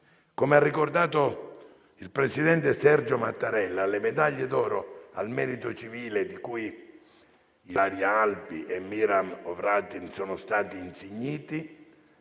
Come ha ricordato il presidente Sergio Mattarella, le medaglie d'oro al merito civile, di cui Ilaria Alpi e Miran Hrovatin sono stati insigniti,